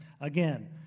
Again